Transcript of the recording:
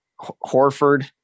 Horford